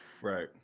Right